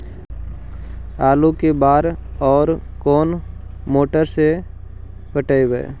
आलू के बार और कोन मोटर से पटइबै?